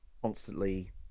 constantly